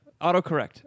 Autocorrect